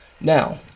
Now